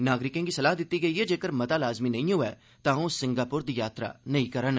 नागरिकें गी सलाह दिती गेई ऐ जेकर मता लाज़मी नेंई होए तां ओ सिंगापुर दी यात्रा नेई करन